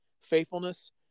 Faithfulness